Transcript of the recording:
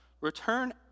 Return